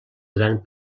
gran